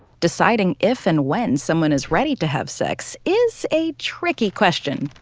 deciding if and when someone is ready to have sex is a tricky question.